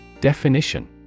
Definition